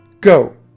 Go